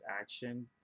action